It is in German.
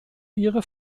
ihre